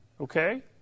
Okay